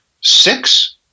six